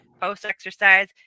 post-exercise